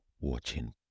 watching